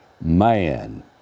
man